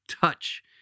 touch